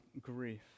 grief